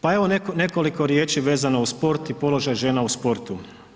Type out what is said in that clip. Pa evo nekoliko riječi vezano uz sport i položaj žena u sportu.